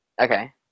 Okay